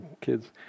kids